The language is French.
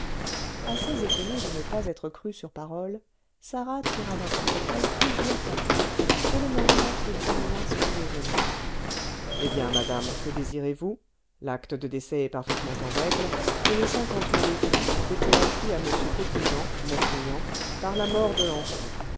assez étonnée de ne pas être crue sur parole sarah tira d'un portefeuille plusieurs papiers que le notaire examina soigneusement eh bien madame que désirez-vous l'acte de décès est parfaitement en règle et les cinquante mille écus ont été acquis à m petit-jean mon client par la mort de l'enfant